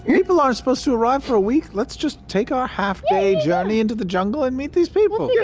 and people aren't supposed to arrive for a week. let's just take our half-day journey into the jungle and meet these people. yeah